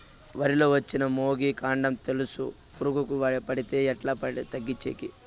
వరి లో వచ్చిన మొగి, కాండం తెలుసు పురుగుకు పడితే ఎట్లా తగ్గించేకి?